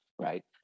Right